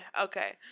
Okay